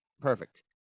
perfect